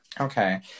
Okay